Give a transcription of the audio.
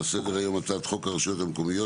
על סדר היום הצעת חוק הרשויות המקומיות